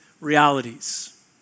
realities